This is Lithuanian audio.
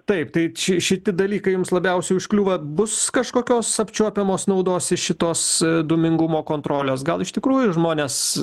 taip tai ši šiti dalykai jums labiausiai užkliūva bus kažkokios apčiuopiamos naudos iš šitos dūmingumo kontrolės gal iš tikrųjų žmonės